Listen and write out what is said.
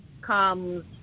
comes